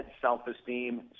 self-esteem